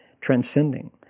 transcending